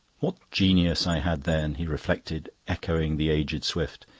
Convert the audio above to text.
what genius i had then! he reflected, echoing the aged swift.